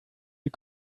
you